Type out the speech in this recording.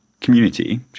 community